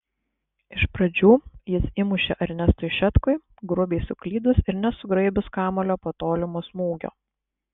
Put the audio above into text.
iš pradžių jis įmušė ernestui šetkui grubiai suklydus ir nesugraibius kamuolio po tolimo smūgio